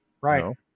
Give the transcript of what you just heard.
Right